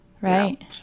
Right